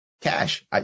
Cash